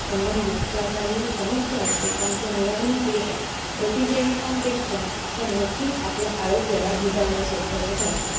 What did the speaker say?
संबंधित ज्या काही समस्या असतील त्यांचं निवारण केल्यास प्रतिजैविकांपेक्षा त्या नक्कीच आपल्या आरोग्याला हितावह स्वरूपाच्या ठरतात